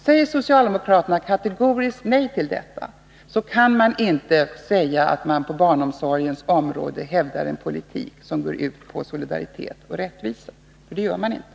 Säger socialdemokraterna kategoriskt nej till detta, så kan de inte hävda att de på barnomsorgens område förordar en politik som går ut på solidaritet och rättvisa, för det gör de inte.